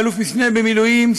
אלוף משנה במילואים,